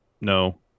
No